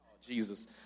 Jesus